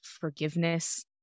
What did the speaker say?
forgiveness